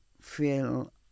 feel